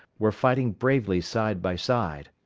were fighting bravely side by side.